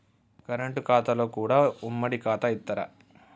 Current ఖాతాలో కూడా ఉమ్మడి ఖాతా ఇత్తరా?